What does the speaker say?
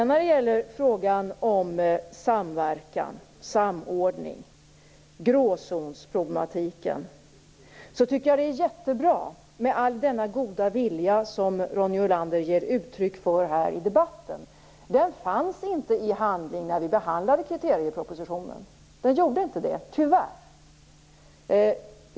När det gäller frågan om samverkan och samordning, gråzonsproblematiken, tycker jag att det är jättebra med all den goda vilja som Ronny Olander ger uttryck för här i debatten. Den fanns inte i handling när vi behandlade kriteriepropositionen. Det gjorde den tyvärr inte.